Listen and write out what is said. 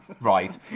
Right